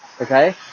okay